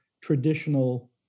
traditional